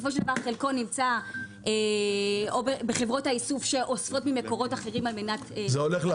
חלקו נמצא בחברות האיסוף שאוספות ממקורות אחרים כדי- -- לאן זה הולך?